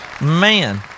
Man